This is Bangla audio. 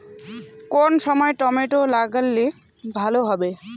কোন সময় টমেটো লাগালে ভালো হবে?